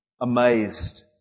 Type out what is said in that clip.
amazed